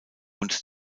und